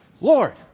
Lord